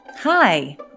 Hi